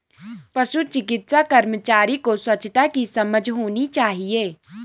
पशु चिकित्सा कर्मचारी को स्वच्छता की समझ होनी चाहिए